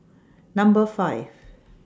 Number five